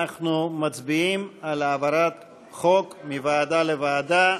אנחנו מצביעים על העברת חוק מוועדה לוועדה.